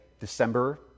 December